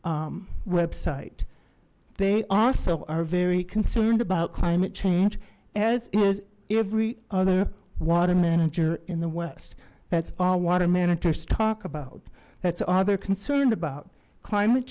s website they also are very concerned about climate change as is every other water manager in the west that's all water managers talk about that's all they're concerned about climate